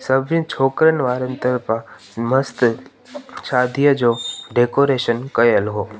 सभिनि छोकिरनि वारनि तरफ़ां मस्तु शादीअ जो डेकोरेशन कयल हो